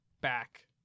back